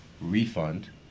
refund